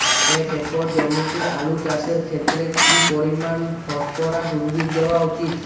এক একর জমিতে আলু চাষের ক্ষেত্রে কি পরিমাণ ফসফরাস উদ্ভিদ দেওয়া উচিৎ?